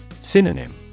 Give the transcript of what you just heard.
Synonym